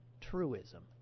truism